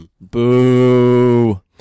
Boo